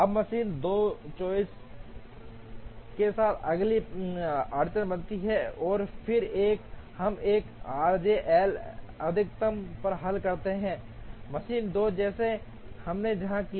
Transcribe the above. अब मशीन 2 24 के साथ अगली अड़चन बन जाती है और फिर हम 1 आरजे एल अधिकतम पर हल करते हैं मशीन 2 जैसा हमने यहां किया